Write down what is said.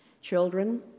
Children